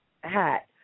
hat